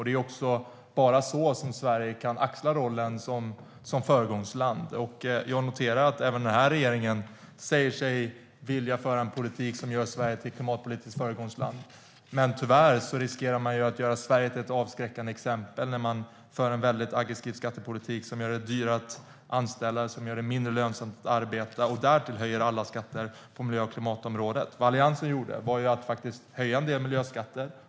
Det är bara så som Sverige kan axla rollen som föregångsland. Jag noterar att även den här regeringen säger sig vilja föra en politik som gör Sverige till ett klimatpolitiskt föregångsland. Men tyvärr riskerar man att göra Sverige till ett avskräckande exempel när man för en väldigt aggressiv skattepolitik som gör det dyrare att anställa, som gör det mindre lönsamt att arbeta och därtill höjer alla skatter på miljö och klimatområdet. Vad Alliansen gjorde var att höja en del miljöskatter.